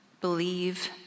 believe